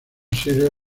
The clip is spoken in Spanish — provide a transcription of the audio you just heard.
sirve